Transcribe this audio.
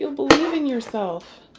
ah believe in yourself,